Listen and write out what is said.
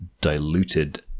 diluted